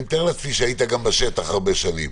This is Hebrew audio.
אני מתאר לעצמי שהיית גם בשטח הרבה שנים